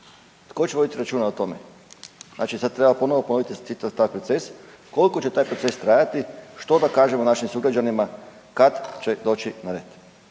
Tko će voditi računa o tome? Znači sad treba ponovno ponoviti cijeli taj proces, koliko će taj proces trajati. Što da kažemo našim sugrađanima, kad će doći na red?